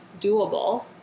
doable